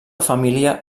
família